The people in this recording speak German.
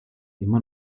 immer